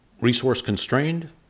resource-constrained